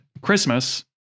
Christmas